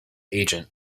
agent